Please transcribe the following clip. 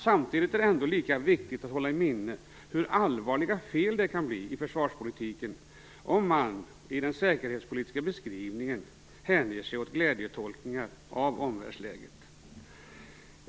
Samtidigt är det ändå lika viktigt att hålla i minnet hur allvarliga fel det kan bli i försvarspolitiken om man i den säkerhetspolitiska beskrivningen hänger sig åt glädjetolkningar av omvärldsläget.